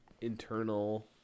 internal